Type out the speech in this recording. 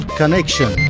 connection